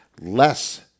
less